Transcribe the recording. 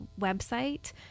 website